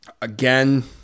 Again